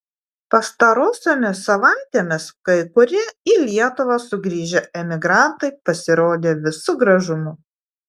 pastarosiomis savaitėmis kai kurie į lietuvą sugrįžę emigrantai pasirodė visu gražumu